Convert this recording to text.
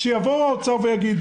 שיבוא האוצר ויגיד